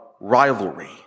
rivalry